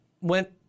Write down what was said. went